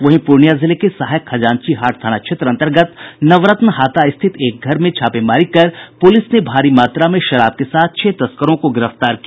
वहीं प्रर्णिया जिले के सहायक खजांची हाट थाना क्षेत्र अंतर्गत नवरत्न हाता स्थित एक घर में छापेमारी कर पुलिस ने भारी मात्रा में शराब के साथ छह तस्करों को गिरफ्तार किया